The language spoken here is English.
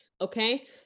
Okay